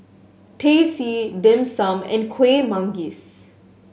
Teh C Dim Sum and Kuih Manggis